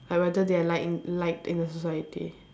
like whether they are like in liked in a society